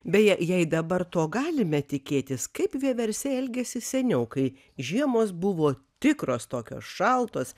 beje jei dabar to galime tikėtis kaip vieversiai elgėsi seniau kai žiemos buvo tikros tokios šaltos